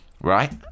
right